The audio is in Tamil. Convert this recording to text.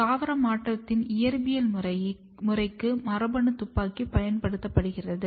தாவர மாற்றத்தின் இயற்பியல் முறைக்கு மரபணு துப்பாக்கி பயன்படுத்தப்படுகிறது